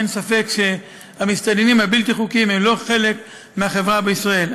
אין ספק שהמסתננים הבלתי-חוקיים הם לא חלק מהחברה בישראל.